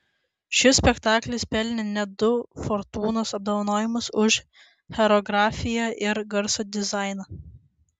šis spektaklis pelnė net du fortūnos apdovanojimus už choreografiją ir garso dizainą